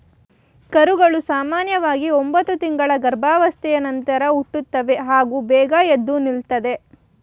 ಕರುಗಳು ಸಾಮನ್ಯವಾಗಿ ಒಂಬತ್ತು ತಿಂಗಳ ಗರ್ಭಾವಸ್ಥೆಯ ನಂತರ ಹುಟ್ಟುತ್ತವೆ ಹಾಗೂ ಬೇಗ ಎದ್ದು ನಿಲ್ತದೆ